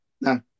No